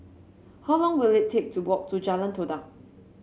how long will it take to walk to Jalan Todak